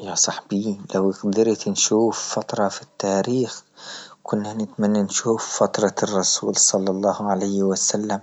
يا صاحبي لو قدرت نشوف فترة في التاريخ، كنا نتمنى نشوف فترة الرسول صلى الله عليه وسلم،